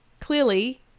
clearly